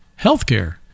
Healthcare